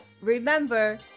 remember